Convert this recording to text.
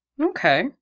Okay